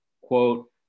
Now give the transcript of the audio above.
quote